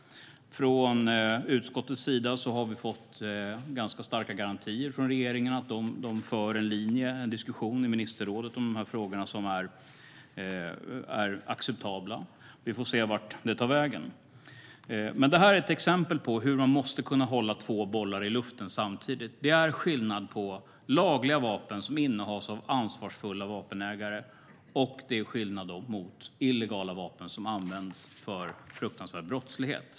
Från utskottets sida har vi fått ganska starka garantier från regeringen om att man för en linje och en diskussion i ministerrådet om de här frågorna som är acceptabla. Vi får se vart det tar vägen. Men det här är ett exempel på att man måste kunna hålla två bollar i luften samtidigt. Det är skillnad på lagliga vapen som innehas av ansvarsfulla vapenägare och illegala vapen som används för fruktansvärd brottslighet.